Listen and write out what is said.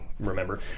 remember